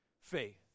faith